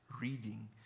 reading